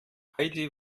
heidi